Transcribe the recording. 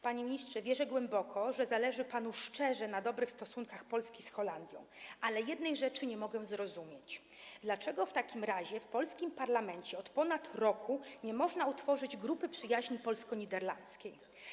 Panie ministrze, wierzę głęboko, że zależy panu szczerze na dobrych stosunkach Polski z Holandią, ale jednej rzeczy nie mogę zrozumieć: Dlaczego w takim razie w polskim parlamencie od ponad roku nie można utworzyć grupy przyjaźni polsko-niderlandzkiej?